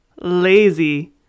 lazy